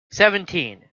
seventeen